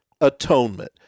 atonement